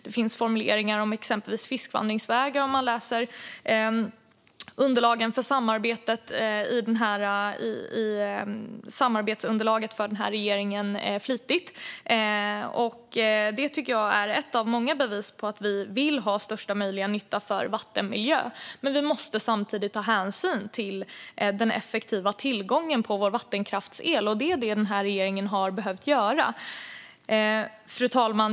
Den som läser samarbetsunderlaget för denna regering flitigt ser att det finns formuleringar om exempelvis fiskvandringsvägar. Jag tycker att detta är ett av många bevis på att vi vill ha största möjliga nytta för vattenmiljön. Vi måste dock samtidigt ta hänsyn till den effektiva tillgången på vattenkraftsel. Det är detta som den här regeringen har behövt göra. Fru talman!